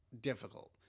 difficult